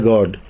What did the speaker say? God